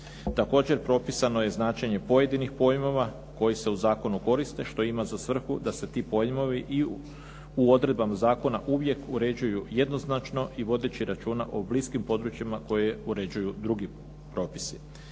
Također, propisano je značenje pojedinih pojmova koji se u zakonu koriste što ima za svrhu da se ti pojmovi i u odredbama zakona uvijek uređuju jednoznačno i vodeći računa o bliskim područjima koje uređuju drugi propisi.